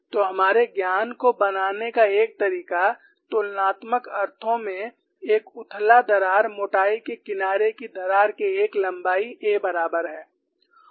तो हमारे ज्ञान को बनाने का एक तरीका तुलनात्मक अर्थों में एक उथला दरार मोटाई के किनारे की दरार के एक लंबाई a बराबर है